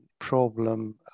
problem